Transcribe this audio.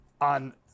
on